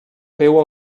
feu